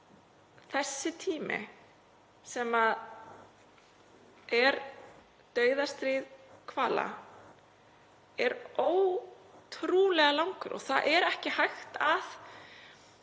þessi tími sem er dauðastríð hvala er ótrúlega langur og það er ekki hægt að